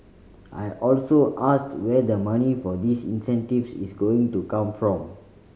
I also asked where the money for these incentives is going to come from